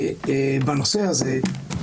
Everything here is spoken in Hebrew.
בנושא הזה,